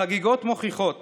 החגיגות מוכיחות